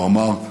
הוא אמר: